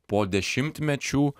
po dešimtmečių